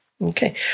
Okay